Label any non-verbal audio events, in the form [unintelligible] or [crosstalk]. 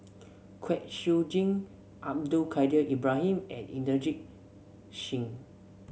Kwek Siew Jin Abdul Kadir Ibrahim and Inderjit [unintelligible]